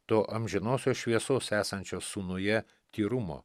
to amžinosios šviesos esančio sūnuje tyrumo